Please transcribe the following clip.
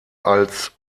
als